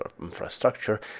infrastructure